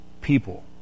people